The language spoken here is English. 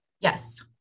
yes